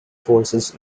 forces